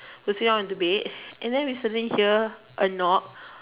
we sit on the bed and then we suddenly hear a knock